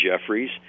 Jeffries